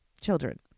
children